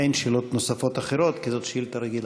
אין שאלות אחרות, כי זאת שאילתה רגילה.